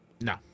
No